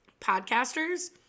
podcasters